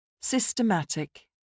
Systematic